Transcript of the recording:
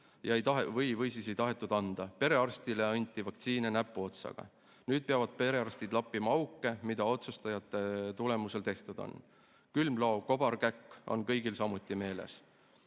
või siis ei tahetud anda. Perearstile anti vaktsiine näpuotsaga. Nüüd peavad perearstid lappima auke, mis otsustajate otsuste tagajärjel tekkinud on. Külmlao kobarkäkk on kõigil samuti meeles.